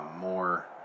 more